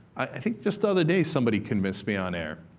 i think just the other day, somebody convinced me on air,